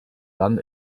dann